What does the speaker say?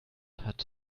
hat